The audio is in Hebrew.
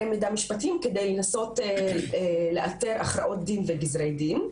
מידע משפטיים כדי לנסות לאתר הכרעות דין וגזרי דין.